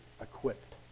equipped